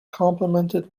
complimented